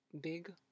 big